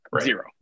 Zero